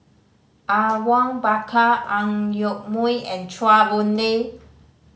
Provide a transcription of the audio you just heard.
Awang Bakar Ang Yoke Mooi and Chua Boon Lay